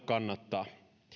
kannattaa